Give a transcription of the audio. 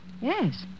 Yes